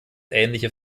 ähnliche